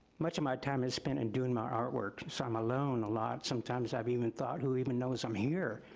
much of my time is spent in doing my artwork, so i'm alone a lot. sometimes i've even thought, who even knows i'm here